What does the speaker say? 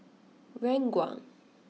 Ranggung